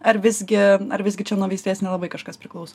ar visgi ar visgi čia nuo veislės nelabai kažkas priklauso